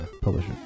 Publisher